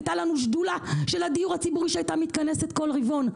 הייתה לנו שדולה של הדיור הציבורי שהייתה מתכנסת בכל רבעון.